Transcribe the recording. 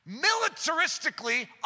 militaristically